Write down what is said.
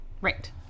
Right